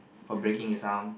for breaking his arm